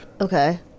okay